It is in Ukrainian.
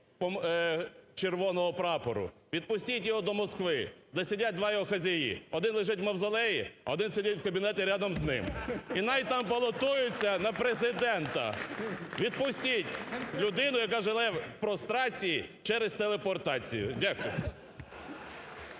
червоного прапору. Відпустіть його до Москви, де сидять два його хазяї, один лежить в Мавзолеї, а один сидить в кабінеті рядом з ним і навіть там балотуються на Президента, відпустіть людину, яка живе в прострації через телепортацію. Дякую.